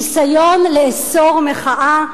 ניסיון לאסור מחאה.